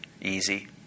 easy